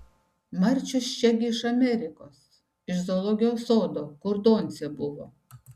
marčius čia gi iš amerikos iš zoologijos sodo kur doncė buvo